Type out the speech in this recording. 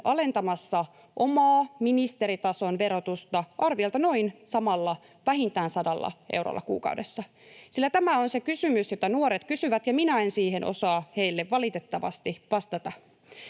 alentamassa omaa ministeritason verotustaan arviolta noin samalla vähintään 100 eurolla kuukaudessa. Tämä on se kysymys, jota nuoret kysyvät, ja minä en siihen osaa heille valitettavasti vastata.